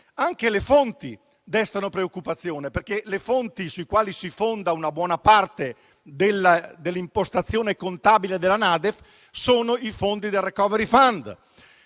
anche le fonti destano preoccupazione. Le fonti su cui si fonda una buona parte dell'impostazione contabile della NADEF derivano dal *recovery fund*.